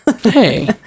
hey